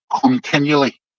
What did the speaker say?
continually